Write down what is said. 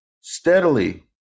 steadily